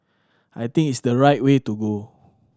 I think it's the right way to go